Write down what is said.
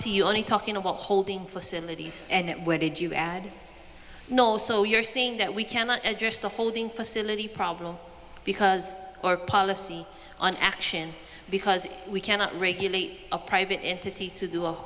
policy only talking about holding facilities and where did you add no also you're seeing that we cannot address the holding facility problem because our policy on action because we cannot regulate a private entity to do a